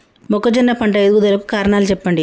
మొక్కజొన్న పంట ఎదుగుదల కు కారణాలు చెప్పండి?